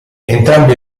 entrambi